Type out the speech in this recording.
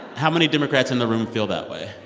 how many democrats in the room feel that way?